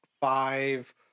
five